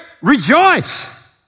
Rejoice